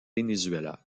venezuela